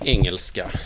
Engelska